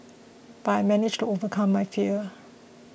but I managed to overcome my fear